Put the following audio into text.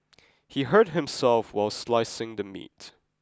he hurt himself while slicing the meat